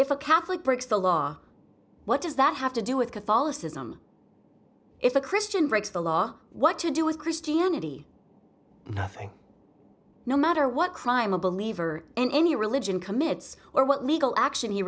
if a catholic breaks the law what does that have to do with catholicism if a christian breaks the law what to do is christianity nothing no matter what crime a believer in any religion commits or what legal action